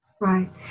right